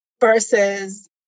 versus